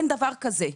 אין דבר כזה.